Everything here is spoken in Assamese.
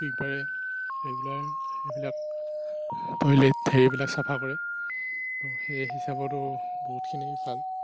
চুইপাৰে ৰেগুলাৰ এইবিলাক টয়লেট হেৰিবিলাক চাফা কৰে ত' সেই হিচাবতো বহুতখিনি ভাল